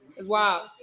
Wow